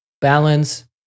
balance